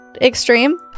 extreme